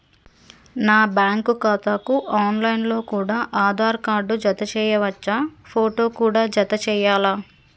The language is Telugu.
నా బ్యాంకు ఖాతాకు ఆన్ లైన్ లో కూడా ఆధార్ కార్డు జత చేయవచ్చా ఫోటో కూడా జత చేయాలా?